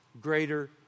greater